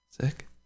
Sick